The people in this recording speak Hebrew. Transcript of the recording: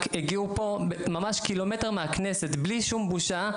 הגיעו פה ממש קילומטר מהכנסת בלי שום בושה,